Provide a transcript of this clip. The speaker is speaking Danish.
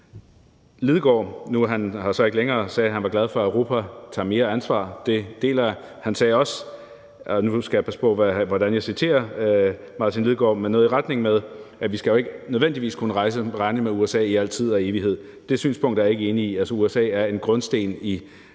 Lidegaard – nu er han her så ikke længere – sagde, at han var glad for, at Europa tager mere ansvar. Det deler jeg. Han sagde også, og nu skal jeg passe på, hvordan jeg citerer Martin Lidegaard, noget i retning af, at vi ikke nødvendigvis skal kunne regne med USA i al tid og evighed. Det synspunkt er jeg ikke enig i. USA er en grundsten i